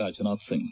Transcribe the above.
Rajnath Singh